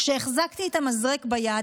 כשהחזקתי את המזרק ביד,